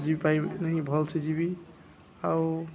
ଯିବି ପାଇ ନାଇଁ ଭଲ୍ସେ ଯିବି ଆଉ